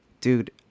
dude